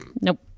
Nope